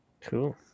Cool